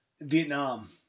Vietnam